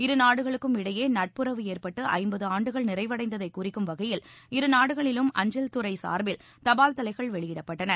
இரு நாடுகளுக்கும் இடையே நட்புறவு ஏற்பட்டு ஐம்பது ஆண்டுகள் நிறைவடைந்ததை குறிக்கும் வகையில் இரு நாடுகளிலும் அஞ்சல் துறை சார்பில் தபால் தலைகள் வெளியிடப்பட்டன